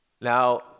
Now